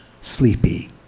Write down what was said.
sleepy